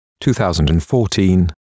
2014